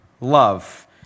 love